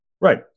Right